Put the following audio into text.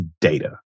data